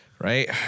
Right